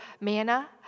manna